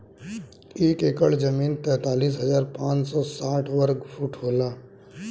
एक एकड़ जमीन तैंतालीस हजार पांच सौ साठ वर्ग फुट होला